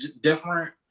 different